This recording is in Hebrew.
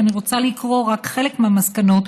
ואני רוצה לקרוא רק חלק מהמסקנות,